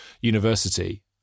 university